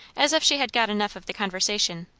as if she had got enough of the conversation.